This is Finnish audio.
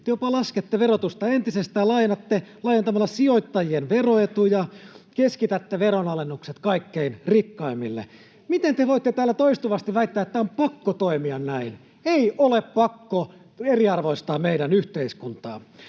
Te jopa laskette verotusta entisestään laajentamalla sijoittajien veroetuja — keskitätte veronalennukset kaikkein rikkaimmille. Miten te voitte täällä toistuvasti väittää, että on pakko toimia näin? Ei ole pakko eriarvoistaa meidän yhteiskuntaa.